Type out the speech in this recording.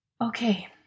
Okay